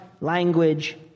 language